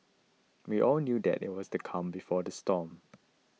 we all knew that it was the calm before the storm